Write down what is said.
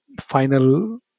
final